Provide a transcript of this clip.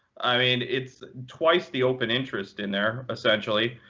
i mean, it's twice the open interest in there, essentially.